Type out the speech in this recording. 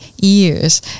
years